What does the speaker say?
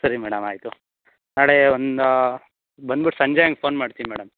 ಸರಿ ಮೇಡಮ್ ಆಯಿತು ನಾಳೆ ಒಂದು ಬಂದ್ಬಿಟ್ಟು ಸಂಜೆ ಹಂಗ್ ಫೋನ್ ಮಾಡ್ತೀನಿ ಮೇಡಮ್